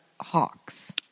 hawks